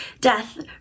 death